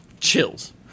Chills